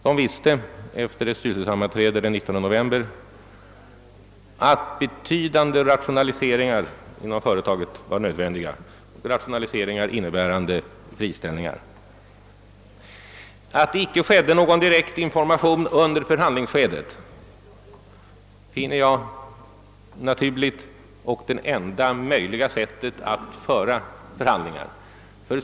De visste efter ett styrelsesammanträde den 19 november att betydande rationaliseringar, innebärande friställningar, var nödvändiga. Att det icke gavs någon direkt information under förhandlingsskedet finner jag naturligt; det är det enda möjliga sättet att föra förhandlingar på.